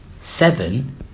seven